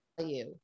value